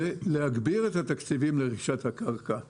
היא להגביר את התקציבים לרכישת הקרקע כי